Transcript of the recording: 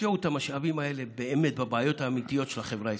תשקיעו את המשאבים האלה בבעיות האמיתיות של החברה הישראלית.